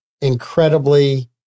incredibly